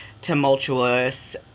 tumultuous